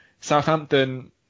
Southampton